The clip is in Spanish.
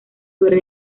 sobre